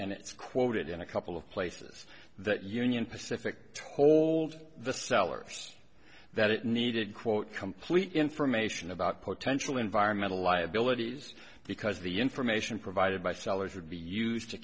and it's quoted in a couple of places that union pacific told the sellers that it needed quote complete information about potential environmental liabilities because the information provided by sellers would be used to